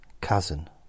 cousin